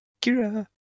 Kira